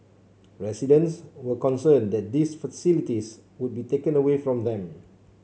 residents were concerned that these facilities would be taken away from them